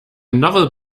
novel